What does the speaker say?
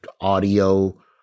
audio